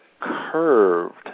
curved